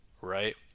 right